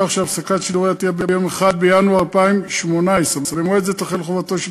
כך שהפסקת שידוריה תהיה ביום 1 בינואר 2018. במועד זה תחל חובתו של